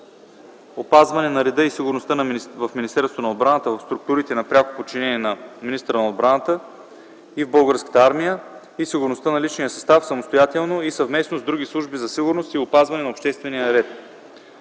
опазване на реда и сигурността в Министерството на отбраната, в структурите на пряко подчинение на министъра на отбраната и в Българската армия и сигурността на личния състав самостоятелно и съвместно с други служби за сигурност и опазване на обществения ред;